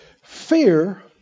Fear